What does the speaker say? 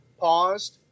paused